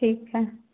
ठीक छै